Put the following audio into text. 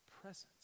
presence